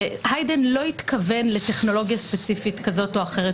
היידן לא התכוון לטכנולוגיה ספציפית כזאת או אחרת,